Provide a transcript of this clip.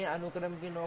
अनुक्रम में नौकरी